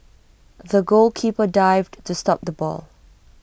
the goalkeeper dived to stop the ball